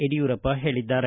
ಯಡಿಯೂರಪ್ಪ ಹೇಳಿದ್ದಾರೆ